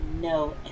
no